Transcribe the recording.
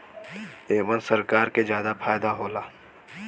एमन सरकार के जादा फायदा होला